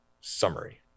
summary